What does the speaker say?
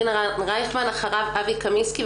אחריו אבי קמינסקי.